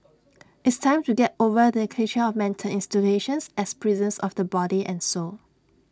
it's time to get over the cliche of mental institutions as prisons of the body and soul